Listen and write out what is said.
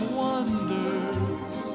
wonders